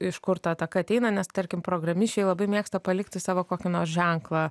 iš kur ta ataka ateina nes tarkim programišiai labai mėgsta palikti savo kokį nors ženklą